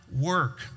work